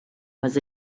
was